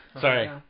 Sorry